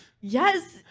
Yes